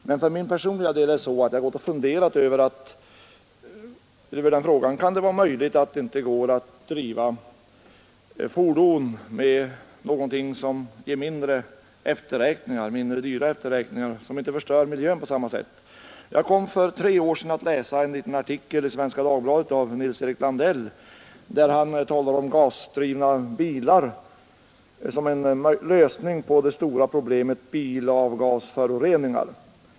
Men jag har personligen funderat över frågan om det verkligen kan vara omöjligt att driva fordon med något bränsle som ger mindre dyra efterräkningar, dvs. som inte förstör miljön i samma utsträckning. Jag kom för litet mer än tre år sedan att läsa en liten artikel i Svenska Dagbladet av Nils-Erik Landell om gasdrivna bilar som en lösning på det stora problemet bilavgasföroreningar.